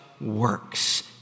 works